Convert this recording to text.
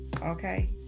okay